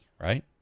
right